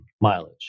mileage